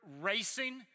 racing